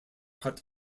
cut